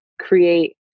create